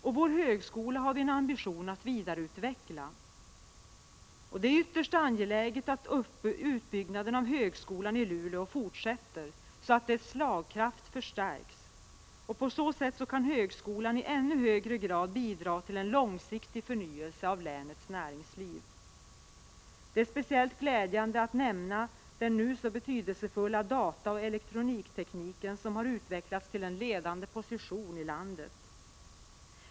Och vi har en ambition att vidareutveckla vår högskola. Det är ytterst angeläget att utbyggnaden av högskolan i Luleå fortsätter, så att dess slagkraft förstärks. På så sätt kan högskolan i ännu högre grad bidra till en långsiktig förnyelse av länets näringsliv. Det är speciellt glädjande att nämna att den nu så betydelsefulla dataoch elektroniktekniken har utvecklats till en ledande position i landet.